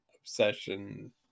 Obsession